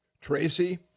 Tracy